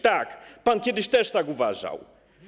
Tak, pan kiedyś też tak uważał.